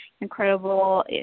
incredible